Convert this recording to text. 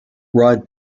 rod